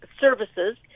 Services